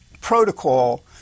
protocol